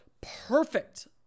perfect